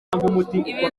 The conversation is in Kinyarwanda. ibi